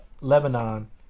lebanon